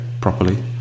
properly